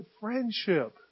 friendship